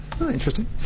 interesting